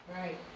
Right